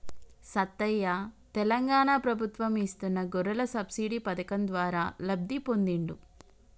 సత్తయ్య తెలంగాణ ప్రభుత్వం ఇస్తున్న గొర్రెల సబ్సిడీ పథకం ద్వారా లబ్ధి పొందిండు